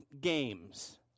Games